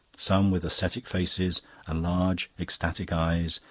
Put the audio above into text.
some with ascetic faces and large ecstatic eyes,